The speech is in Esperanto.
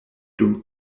dum